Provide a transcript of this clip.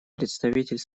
представитель